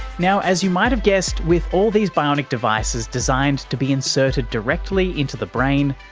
now, as you might have guessed with all these bionic devices designed to be inserted directly into the brain,